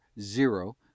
zero